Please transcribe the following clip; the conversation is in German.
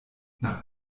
nach